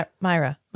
Myra